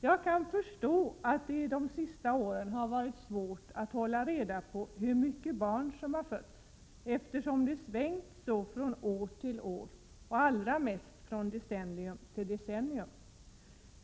Jag kan förstå att det varit svårt att under de senaste åren hålla reda på hur många barn som har fötts, eftersom antalet har svängt så mycket från år till år och allra mest från decennium till decennium.